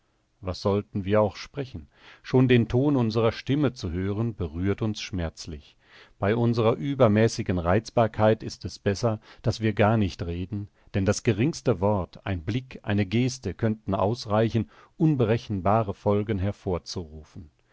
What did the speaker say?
was sollten wir auch sprechen schon den ton unserer stimme zu hören berührt uns schmerzlich bei unserer übermäßigen reizbarkeit ist es besser daß wir gar nicht reden denn das geringste wort ein blick eine geste könnte ausreichen unberechenbare folgen hervorzurufen